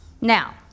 Now